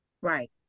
Right